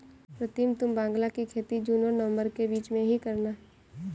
प्रीतम तुम बांग्ला की खेती जून और नवंबर के बीच में ही करना